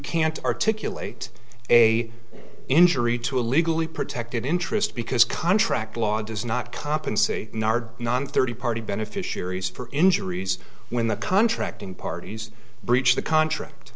can't articulate a injury to a legally protected interest because contract law does not compensate thirty party beneficiaries for injuries when the contracting parties breach the contract